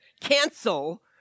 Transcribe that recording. Cancel